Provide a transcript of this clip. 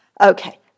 okay